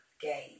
game